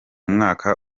mwaka